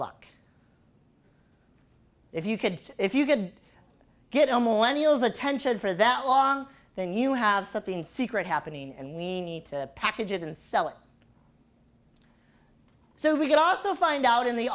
luck if you could if you could get a millennia was attention for that long then you have something secret happening and we need to package it and sell it so we can also find out in the